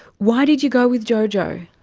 why did you go with jojo?